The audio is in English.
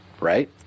right